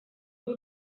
ubu